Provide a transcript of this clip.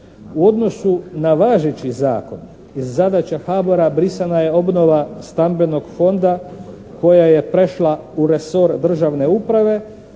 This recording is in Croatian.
U odnosu na važeći zakon iz zadaća HABOR-a brisana je obnova stambenog fonda koja je prešla u resor državne uprave